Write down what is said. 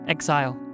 Exile